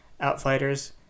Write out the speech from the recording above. outfighters